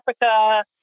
Africa